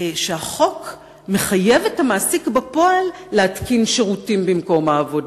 שהחוק מחייב את המעסיק בפועל להתקין שירותים במקום העבודה.